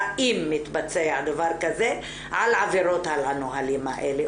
אם מתבצע דבר כזה על עבירות על הנהלים האלה.